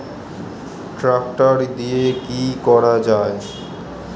Tractor দিয়ে কি করা যায়?